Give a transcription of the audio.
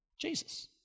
Jesus